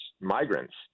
migrants